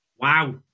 Wow